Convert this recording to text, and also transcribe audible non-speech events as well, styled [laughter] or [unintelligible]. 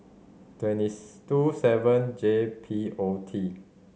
twenty [unintelligible] two seven J P O T